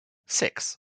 six